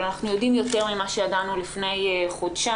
ואנחנו יודעים יותר ממה שידענו לפני חודשיים,